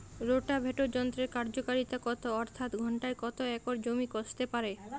Rotavator যন্ত্রের কার্যকারিতা কত অর্থাৎ ঘণ্টায় কত একর জমি কষতে পারে?